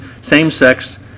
same-sex